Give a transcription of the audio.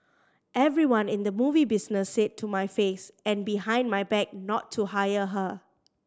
everyone in the movie business said to my face and behind my back not to hire her